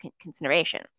consideration